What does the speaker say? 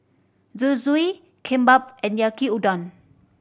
Zosui Kimbap and Yaki Udon